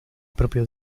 propio